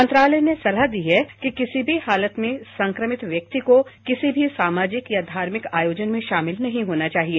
मंत्रालय ने सलाह दी है कि किसी भी हालत में संक्रमित व्यक्ति को किसी भी सामाजिक या धार्मिक आयोजन में शामिल नहीं होना चाहिए